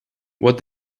what